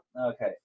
okay